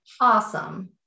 awesome